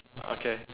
okay